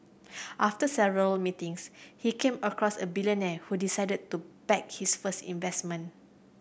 after several meetings he came across a billionaire who decided to back his first investment